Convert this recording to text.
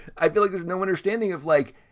i feel like there's no understanding of like,